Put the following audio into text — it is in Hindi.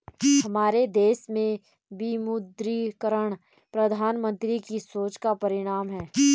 हमारे देश में विमुद्रीकरण प्रधानमन्त्री की सोच का परिणाम है